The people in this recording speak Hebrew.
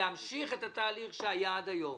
להמשיך את התהליך שהיה עד היום.